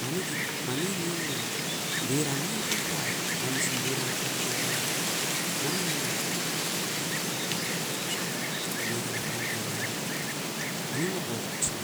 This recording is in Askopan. Ma ne neaven beran ne utu pait, wamsin beran apaneke van manin o oni mokosin